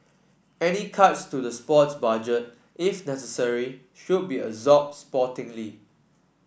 any cuts to the sports budget if necessary should be absorbed sportingly